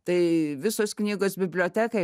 tai visos knygos bibliotekai